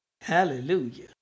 Hallelujah